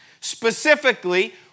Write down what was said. Specifically